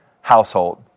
household